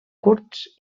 curts